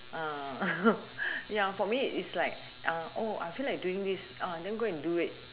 ya for me is like uh I feel like doing this oh then go and do it